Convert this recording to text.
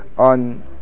On